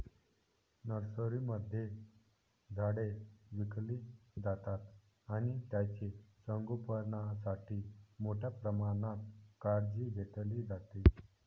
नर्सरीमध्ये झाडे विकली जातात आणि त्यांचे संगोपणासाठी मोठ्या प्रमाणात काळजी घेतली जाते